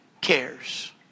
cares